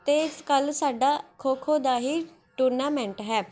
ਅਤੇ ਕੱਲ੍ਹ ਸਾਡਾ ਖੋ ਖੋ ਦਾ ਹੀ ਟੂਰਨਾਮੈਂਟ ਹੈ